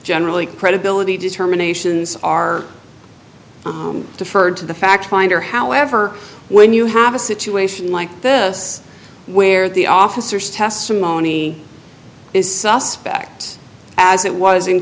generally credibility determinations are deferred to the fact finder however when you have a situation like this where the officers testimony is suspect as it was in